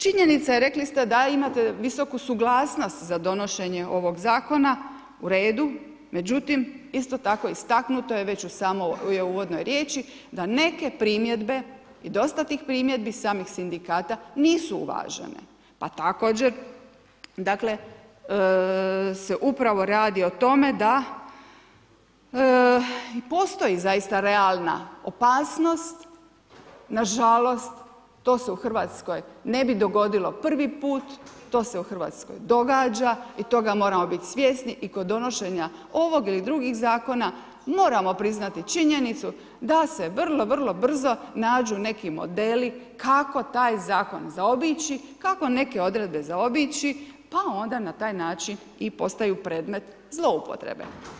Činjenica je, rekli ste da imate visoku suglasnost za donošenje ovog zakona, u redu, međutim, isto tako istaknuto je već u samoj uvodnoj riječi da neke primjedbe i dosta tih primjedbi samog sindikata nisu uvažene pa također se upravo radi o tome da postoji zaista realna opasnost, nažalost to se u Hrvatskoj ne bi dogodilo prvi put, to se u Hrvatskoj događa i toga moramo biti svjesni kod donošenja ovog ili drugih zakona moramo priznati činjenicu da se vrlo, vrlo brzo nađu neki modeli kako taj zakon zaobići, kako neke odredbe zaobići pa onda na taj način postaju predmet zloupotrebe.